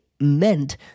meant